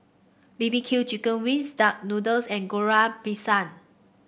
B B Q Chicken Wings Duck Noodles and Goreng Pisang